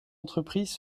entreprises